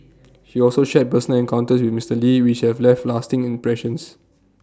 he also shared personal encounters with Mister lee which have left lasting impressions